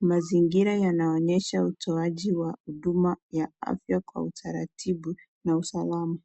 Mazingira yanaonyesha utoaji wa huduma ya afya kwa utaratibu na usalama.